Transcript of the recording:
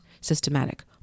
systematic